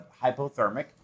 hypothermic